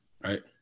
right